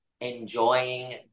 enjoying